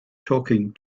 talking